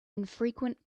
infrequent